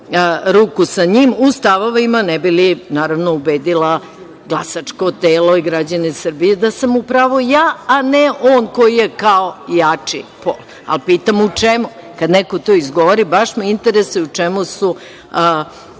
u stavovima, ne bi li ubedila glasačko telo i građane Srbije da sam u pravu ja, a ne on koji je kao jači pol. Ali, pitam u čemu. Kada neko to izgovori baš me interesuje u čemu su žene